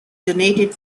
donated